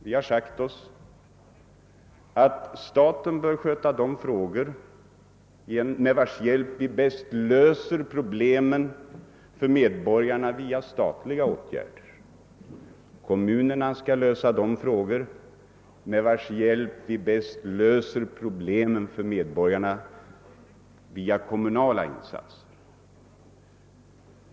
Vi har sagt oss att staten oör sköta de frågor där det rör sig om problem som bäst löses för medborgarna genom statliga åtgärder, medan kommunerna skall lösa de frågor som häst klaras genom kommunala insatser.